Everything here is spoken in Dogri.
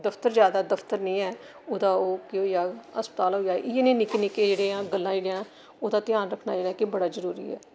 दफ्तर जा दा ऐ दफ्तर नेईं ऐ ओह्दा ओह् केह् होई जाह्ग अस्पताल होई जाह्ग इ'यै नेह् निक्के निक्के जेह्ड़ियां गल्लां जेह्डियां ना ओह्दा ध्यान रक्खना जेह्ड़ा कि बड़ा जरुरी ऐ